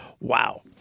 Wow